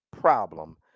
problem